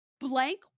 blank